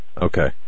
Okay